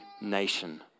nation